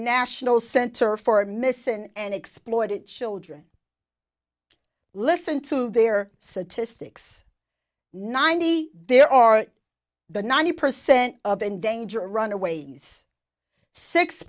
national center for missing and exploited children listen to their satish six ninety there are the ninety percent of in danger runaways six